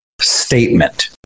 statement